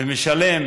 ומשלם